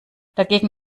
dagegen